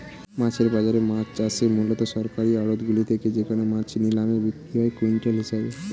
মাছের বাজারে মাছ আসে মূলত সরকারি আড়তগুলি থেকে যেখানে মাছ নিলামে বিক্রি হয় কুইন্টাল হিসেবে